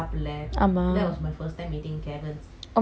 oh my gosh is it that was my first time also like when I go